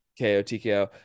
KOTKO